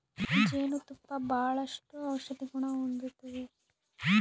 ಜೇನು ತುಪ್ಪ ಬಾಳಷ್ಟು ಔಷದಿಗುಣ ಹೊಂದತತೆ